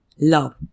love